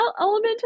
element